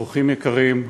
אורחים יקרים,